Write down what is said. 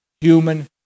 human